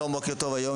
בוקר טוב לכולם,